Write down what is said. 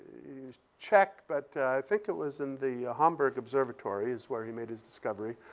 he was czech, but i think it was in the hamburg observatory is where he made his discovery.